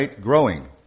growing